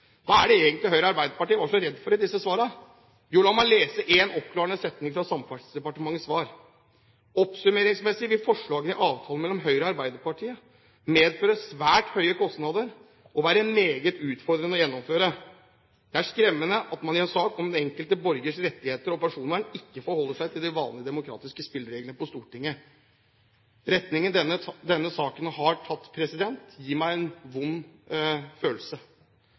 Hva er det egentlig Høyre og Arbeiderpartiet var så redde for i disse svarene? Jo, la meg lese en oppklarende setning fra Samferdselsdepartementets svar: «Oppsummeringsmessig vil forslagene i avtalen mellom Arbeiderpartiet og Høyre medføre svært høye kostnader og være meget utfordrende å gjennomføre.» Det er skremmende at man i en sak om den enkelte borgers rettigheter og personvern ikke forholder seg til de vanlige demokratiske spillereglene på Stortinget. Retningen denne saken har tatt, gir meg en vond følelse.